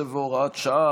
18 והוראת שעה),